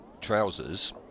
trousers